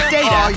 data